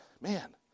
man